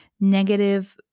negative